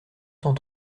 cent